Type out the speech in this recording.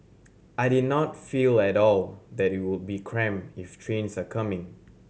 I did not feel at all that it would be cramped if trains are coming